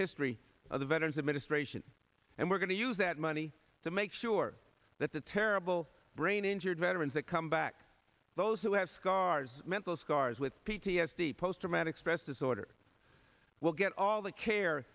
history of the veteran's administration and we're going to use that money to make sure that the terrible brain injured veterans that come back those who have scars mental scars with p t s d post traumatic stress disorder will get all the care